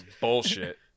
bullshit